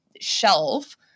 shelf